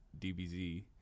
DBZ